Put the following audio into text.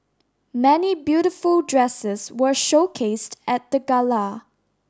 many beautiful dresses were showcased at the gala